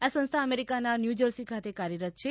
આ સંસ્થા અમેરિકાના ન્યૂજર્સી ખાતે કાર્યરત છે